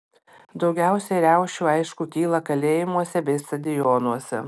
daugiausiai riaušių aišku kyla kalėjimuose bei stadionuose